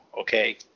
okay